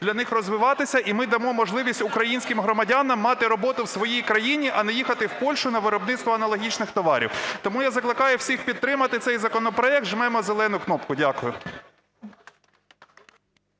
для них розвиватися, і ми дамо можливість українським громадянам мати роботу в своїй країні, а не їхати в Польщу на виробництво аналогічних товарів. Тому я закликаю всіх підтримати цей законопроект, жмемо зелену кнопку. Дякую.